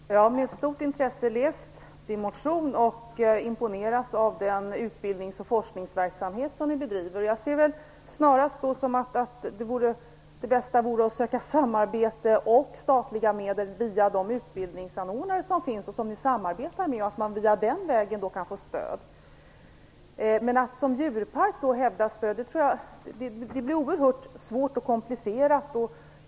Fru talman! Jag har med stort intresse läst Dan Ericssons motion och har imponerats av den utbildnings och forskningsverksamhet som bedrivs. Jag tror att det bästa är att försöka söka samarbete och statliga medel via de utbildningsanordnare som ni samarbetar med. Den vägen kan man nog få stöd. Jag tror att det är oerhört svårt och komplicerat att söka stöd som djurpark.